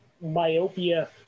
myopia